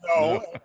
no